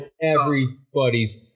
Everybody's